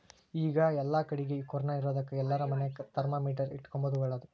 ಈಗ ಏಲ್ಲಕಡಿಗೆ ಕೊರೊನ ಇರೊದಕ ಎಲ್ಲಾರ ಮನೆಗ ಥರ್ಮಾಮೀಟರ್ ಇಟ್ಟುಕೊಂಬದು ಓಳ್ಳದು